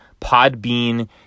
Podbean